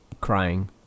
crying